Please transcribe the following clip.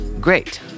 great